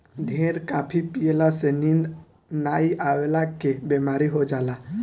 ढेर काफी पियला से नींद नाइ अवला के बेमारी हो जाला